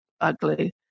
ugly